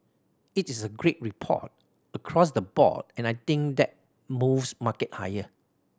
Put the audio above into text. it is a great report across the board and I think that moves market higher